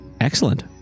excellent